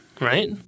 right